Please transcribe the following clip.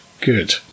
good